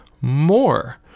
more